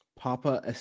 Papa